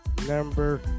number